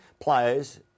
players